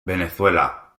venezuela